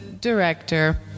director